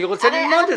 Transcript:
אני רוצה ללמוד את זה.